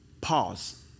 pause